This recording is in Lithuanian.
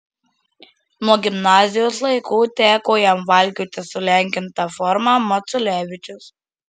nuo gimnazijos laikų teko jam valkioti sulenkintą formą maculevičius